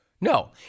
No